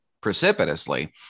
precipitously